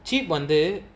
cheap வந்து:vanthu